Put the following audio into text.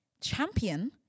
Champion